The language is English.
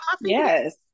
Yes